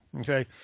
okay